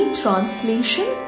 translation